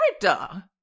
character